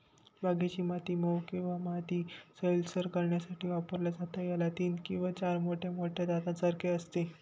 बागेची माती मऊ किंवा माती सैलसर करण्यासाठी वापरलं जातं, याला तीन किंवा चार मोठ्या मोठ्या दातांसारखे असते